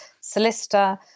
solicitor